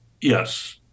Yes